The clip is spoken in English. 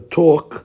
talk